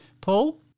Paul